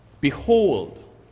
Behold